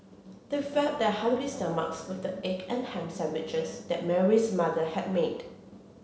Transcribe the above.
they fed their hungry stomachs with the egg and ham sandwiches that Mary's mother had made